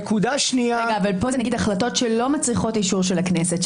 אבל פה זה נגיד החלטות שלא מצריכות אישור של הכנסת,